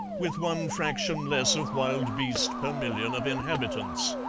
with one fraction less of wild beast per million of inhabitants.